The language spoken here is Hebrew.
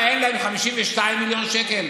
ולמה אין להם 52 מיליון שקלים?